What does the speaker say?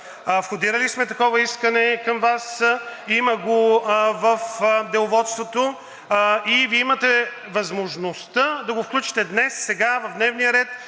Входирали сме такова искане към Вас, има го в Деловодството, и Вие имате възможността да го включите днес, сега в дневния ред,